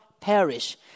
perish